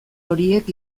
horiek